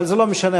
אבל זה לא משנה.